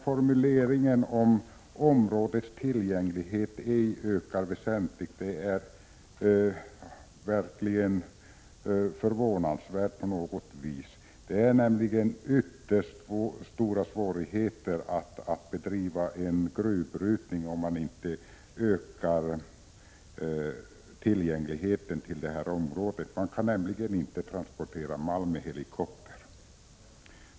Formuleringen ”områdets tillgänglighet ej ökar väsentligt” är verkligen förvånansvärd. Det är nämligen ytterst svårt att bedriva gruvbrytning utan att öka tillgängligheten till området. Man kan nämligen inte transportera malm med helikopter.